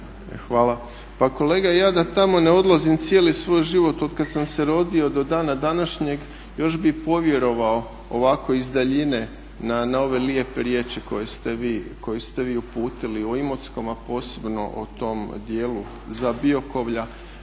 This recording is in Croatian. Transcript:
Hvala. Pa kolega, ja da tamo ne odlazim cijeli svoj život otkad sam se rodio do dana današnjega još bi i povjerovao ovako iz daljine na ove lijepe riječi koje ste vi uputili o Imotskom, a posebno o tom dijelu Zabiokovlja,